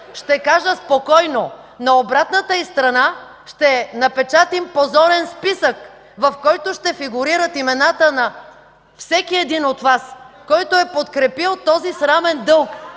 ще кажа спокойно – на обратната й страна ще напечатим позорен списък, в който ще фигурират имената на всеки един от Вас, който е подкрепил този срамен дълг.